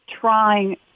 trying